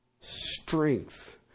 strength